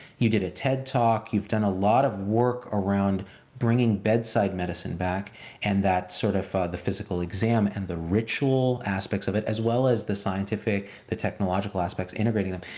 you did a ted talk, you've done a lot of work around bringing bedside medicine back and that sort of the physical exam and the ritual aspects of it as well as the scientific, the technological aspects, integrating them,